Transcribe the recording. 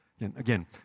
Again